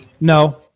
no